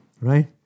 Right